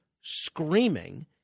screaming